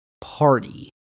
party